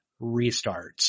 restarts